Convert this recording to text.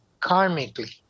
karmically